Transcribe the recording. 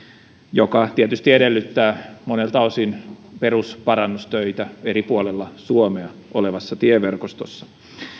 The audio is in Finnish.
mikä tietysti edellyttää monelta osin perusparannustöitä eri puolilla suomea olevassa tieverkostossa